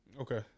Okay